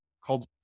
called